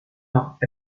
noch